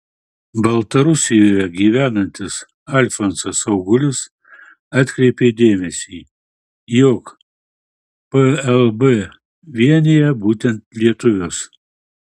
baltarusijoje gyvenantis alfonsas augulis atkreipė dėmesį jog plb vienija būtent lietuvius